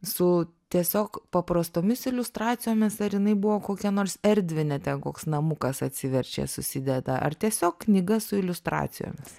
su tiesiog paprastomis iliustracijomis ar jinai buvo kokia nors erdvinė ten koks namukas atsiverčia susideda ar tiesiog knyga su iliustracijomis